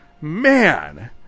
man